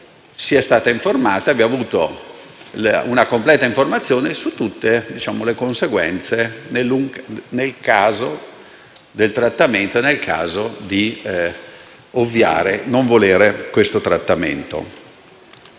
sia stata informata e abbia avuto una completa informazione su tutte le conseguenze del trattamento, sia nel caso di accettare sia di non volere questo trattamento.